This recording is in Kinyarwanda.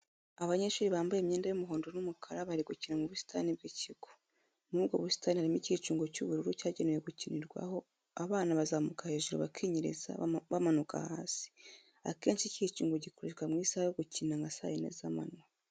Abanyeshuri bambaye imyenda y'umuhondo n'umukara bari gukina mu busitani bw'ikigo, muri ubwo busitani harimo icyicungo cy'ubururu cyagenewe gukinirwaho, abana bazamuka hejuru bakinyereza bamanuka hasi, akenshi icyicungo gikoreshwa mu isaha yo gukina nka saa yine za manywa.